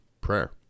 prayer